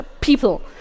people